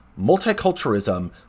multiculturalism